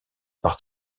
par